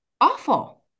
awful